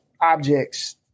objects